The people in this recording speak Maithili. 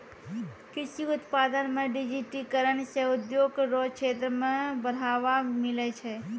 कृषि उत्पादन मे डिजिटिकरण से उद्योग रो क्षेत्र मे बढ़ावा मिलै छै